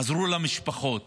עזרו למשפחות,